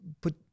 put